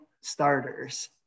starters